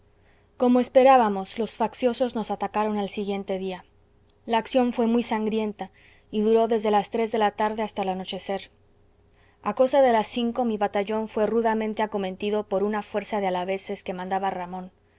como esperábamos los facciosos nos atacaron al siguiente día la acción fué muy sangrienta y duró desde las tres de la tarde hasta el anochecer a cosa de las cinco mi batallón fué rudamente acometido por una fuerza de alaveses que mandaba ramón